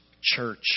church